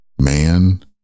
Man